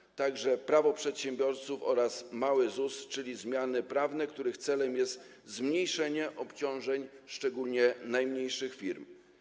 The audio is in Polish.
Chodzi także o Prawo przedsiębiorców oraz mały ZUS, czyli zmiany prawne, których celem jest zmniejszenie obciążeń, szczególnie najmniejszych firm.